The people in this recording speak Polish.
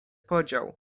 podział